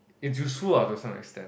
it's useful lah to some extent